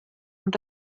und